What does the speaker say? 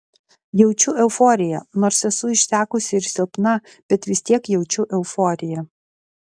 jaučiu euforiją nors esu išsekusi ir silpna bet vis tiek jaučiu euforiją